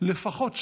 לפחות שנה,